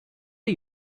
are